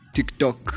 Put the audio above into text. TikTok